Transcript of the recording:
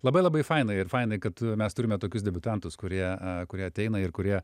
labai labai fainai ir fainai kad mes turime tokius debiutantus kurie a kurie ateina ir kurie